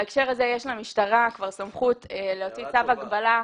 בהקשר הזה יש למשטרה סמכות להוציא צו הגבלת